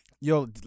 Yo